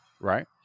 Right